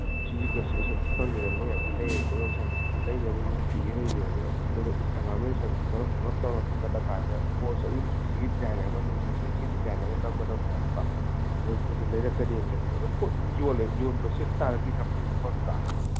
ꯁꯤꯒꯁꯤ ꯁꯟꯊꯤ ꯐꯪꯗꯗꯅ ꯃꯣꯏ ꯌꯥꯝ ꯋꯥꯅꯩꯌꯦꯕꯀꯣ ꯁꯟꯊꯤꯁꯦ ꯂꯩꯅꯕ ꯂꯣꯏ ꯊꯤꯔ ꯂꯩꯅꯦꯕ ꯑꯗꯨꯅ ꯑꯩꯈꯣꯏꯅ ꯏꯟꯁꯇꯒ꯭ꯔꯥꯝꯗ ꯁꯟꯊꯤ ꯈꯔ ꯍꯣꯡꯂꯞ ꯇꯧꯅ ꯊꯥꯒꯠꯂꯀꯥꯟꯗ ꯄꯣꯁ ꯑꯌꯨꯛ ꯁꯟꯊꯤꯒꯤ ꯗꯤꯖꯥꯏꯟ ꯑꯃ ꯅꯨꯡꯊꯤꯟꯒꯤ ꯁꯟꯊꯤꯒꯤ ꯗꯤꯖꯥꯏꯟ ꯑꯃ ꯅꯝꯃ ꯅꯝꯃ ꯊꯥꯒꯠꯄ ꯑꯗꯨ ꯄꯣꯠꯆꯩ ꯂꯩꯔꯛꯀꯅꯤꯕ ꯄꯣꯠ ꯑꯗꯨꯝ ꯌꯣꯜꯂꯦ ꯌꯣꯟꯕ ꯁꯤꯠ ꯇꯥꯔꯗꯤ ꯄꯩꯁꯥ ꯐꯪꯏ ꯐꯪꯗ꯭ꯔꯥ